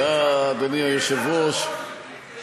אדוני היושב-ראש, תודה,